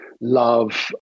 love